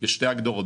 יש שתי הגדרות,